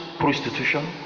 Prostitution